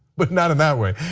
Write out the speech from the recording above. but not in that way.